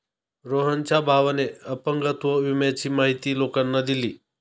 रोहनच्या भावाने अपंगत्व विम्याची माहिती लोकांना दिली